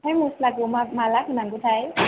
ओमफ्राय मस्लाखौ मा माला होनांगौथाय